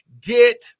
get